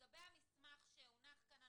לגבי המסמך שהונח כאן,